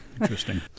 Interesting